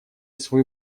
свою